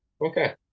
Okay